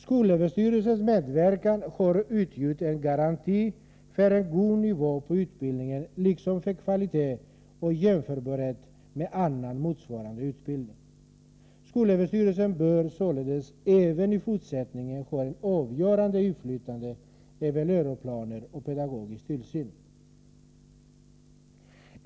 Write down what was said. Skolöverstyrelsens medverkan har utgjort en garanti för en god nivå på utbildningen, liksom för kvalitet och jämförbarhet med annan motsvarande utbildning. Skolöverstyrelsen bör således även i fortsättningen ha ett avgörande inflytande över läroplanerna och utöva pedagogisk tillsyn.